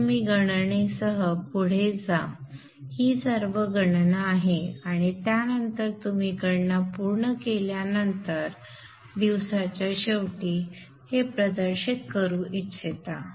मग तुम्ही गणनेसह पुढे जा ही सर्व गणना आहेत आणि त्यानंतर तुम्ही गणना पूर्ण केल्यानंतर दिवसाच्या शेवटी हे प्रदर्शित करू इच्छिता